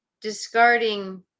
discarding